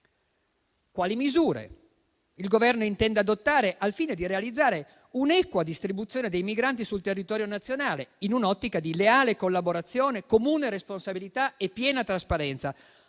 Quali misure il Governo intende adottare al fine di realizzare un'equa distribuzione dei migranti sul territorio nazionale in un'ottica di leale collaborazione, comune responsabilità e piena trasparenza,